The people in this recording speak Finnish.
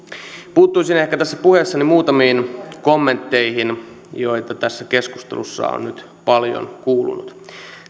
puuttuisin ehkä tässä puheessani muutamiin kommentteihin joita tässä keskustelussa on nyt paljon kuulunut